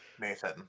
Nathan